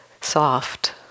soft